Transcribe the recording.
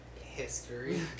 History